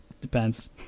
Depends